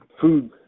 food